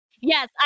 Yes